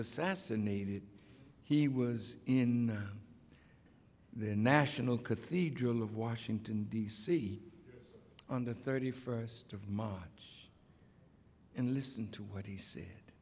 assassinated he was in the national cathedral of washington d c on the thirty first of march and listen to what he said